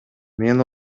мен